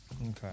Okay